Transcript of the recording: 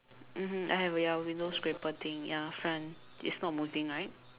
mmhmm I have a yellow window scraper thing ya front it's not moving right